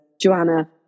Joanna